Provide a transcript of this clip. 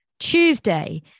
Tuesday